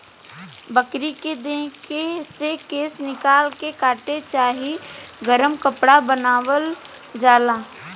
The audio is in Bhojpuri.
बकरी के देह से केश निकाल के कोट चाहे गरम कपड़ा बनावल जाला